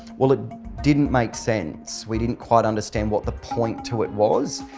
well, it didn't make sense. we didn't quite understand what the point to it was.